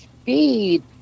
speed